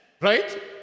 Right